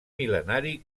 mil·lenari